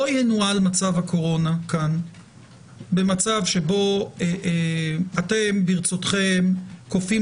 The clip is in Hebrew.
לא ינוהל מצב הקורונה כאן במצב שבו אתם ברצותכם כופים